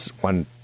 One